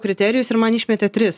kriterijus ir man išmetė tris